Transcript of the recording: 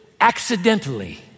accidentally